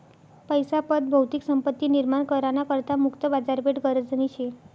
पैसा पत भौतिक संपत्ती निर्माण करा ना करता मुक्त बाजारपेठ गरजनी शे